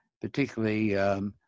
particularly